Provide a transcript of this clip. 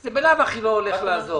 זה בלאו הכי לא הולך לעזור.